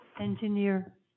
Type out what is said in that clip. Engineer